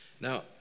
Now